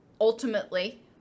ultimately